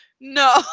no